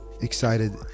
excited